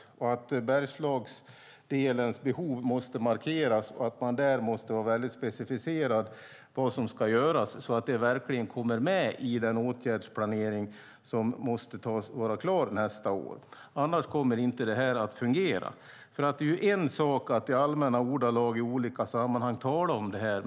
Vidare handlar det om att Bergslagsdelens behov måste markeras och om att man där väldigt specificerat måste ange vad som ska göras så att det verkligen kommer med i den åtgärdsplanering som måste vara klar nästa år. Annars kommer det här inte att fungera. En sak är att i allmänna ordalag i olika sammanhang tala om det här.